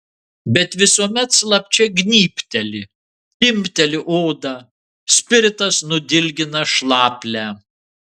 bet visuomet slapčia gnybteli timpteli odą spiritas nudilgina šlaplę